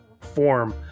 form